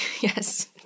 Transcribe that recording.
Yes